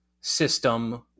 system